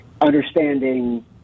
understanding –